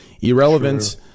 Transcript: Irrelevant